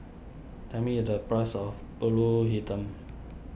tell me the price of Pulut Hitam